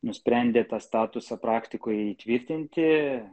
nusprendė tą statusą praktikoj įtvirtinti